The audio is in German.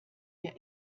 der